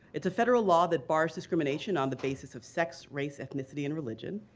it's a federal law that bars discrimination on the basis of sex, race, ethnicity and religion,